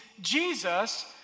Jesus